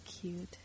cute